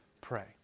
pray